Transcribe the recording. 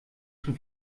schon